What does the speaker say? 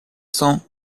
san